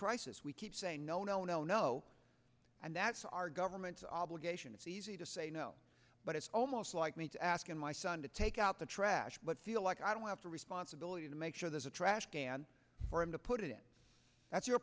crisis we keep saying no no no no and that's our government's obligation it's easy to say no but it's almost like me to ask and my son to take out the trash but feel like i don't have the responsibility to make sure there's a trash can for him to put it that's your